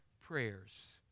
prayers